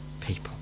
people